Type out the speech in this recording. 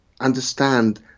understand